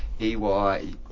EY